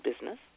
business